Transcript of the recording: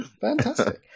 fantastic